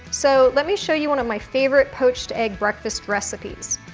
so let me show you one of my favorite poached egg breakfast recipes.